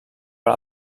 per